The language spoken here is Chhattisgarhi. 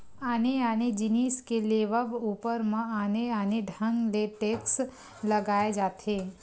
आने आने जिनिस के लेवब ऊपर म आने आने ढंग ले टेक्स लगाए जाथे